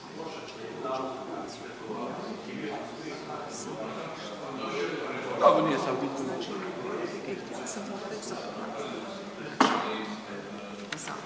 Hvala